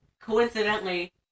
Coincidentally